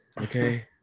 Okay